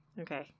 Okay